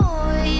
Boy